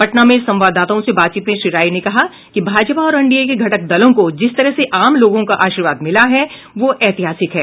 पटना में संवाददाताओं से बातचीत में श्री राय ने कहा कि भाजपा और एनडीए के घटक दलों को जिस तरह से आम लोगों का आशीर्वाद मिला है वह ऐतिहासिक है